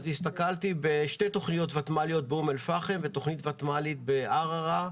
הסתכלתי על שתי תכניות ותמ"ל באום-אל-פאחם ותכנית ותמ"ל בערערה,